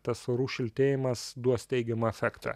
tas orų šiltėjimas duos teigiamą efektą